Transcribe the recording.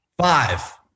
Five